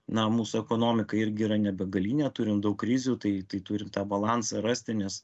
na mūsų ekonomikai irgi yra nebegalinė turim daug krizių tai tai turim tą balansą rasti nes